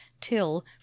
till